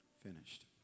finished